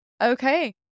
Okay